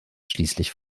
schließlich